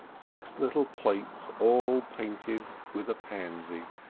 six little plates all painted with a pansy.